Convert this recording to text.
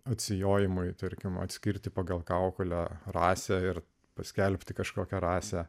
atsijojimui tarkim atskirti pagal kaukolę rasę ir paskelbti kažkokią rasę